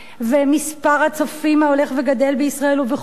ומספר הצופים ההולך וגדל בישראל ובחו"ל,